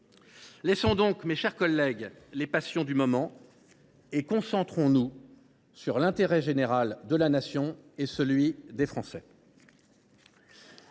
Laissons donc, mes chers collègues, les passions du moment et concentrons nous sur l’intérêt général de la Nation et des Français.